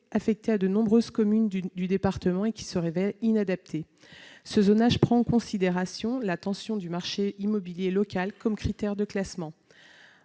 affecté à de nombreuses communes de notre département, qui se révèle inadapté. Ce zonage prend en considération la tension du marché immobilier local comme critère de classement.